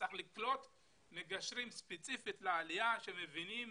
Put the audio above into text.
צריך לקלוט מגשרים ספציפית לעלייה שמבינים